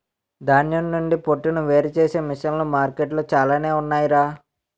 ధాన్యం నుండి పొట్టును వేరుచేసే మిసన్లు మార్కెట్లో చాలానే ఉన్నాయ్ రా